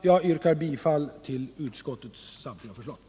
Jag yrkar bifall till utskottets samtliga förslag.